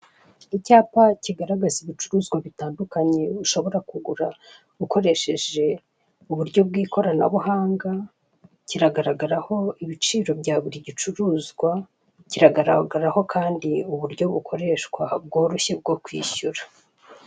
Icyapa kigaragaza ibicuruzwa bitandukanye ushobora kugura ukoresheje uburyo bw'ikiranabuhanga, kiragaragaraho ibiciro bya biri gicuruzwa, kiragaragaraho kandi uburyo bukoreshwa, bworoshye, bwo kwishyura.